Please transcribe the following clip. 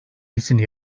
iyisini